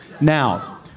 Now